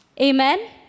Amen